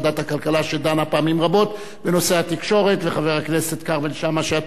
וחבר הכנסת כרמל שאמה שעתיד בעוד כמה דקות לפתוח את הישיבה גם בנושא זה.